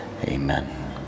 Amen